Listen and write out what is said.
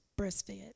breastfed